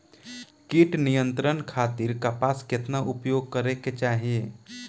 कीट नियंत्रण खातिर कपास केतना उपयोग करे के चाहीं?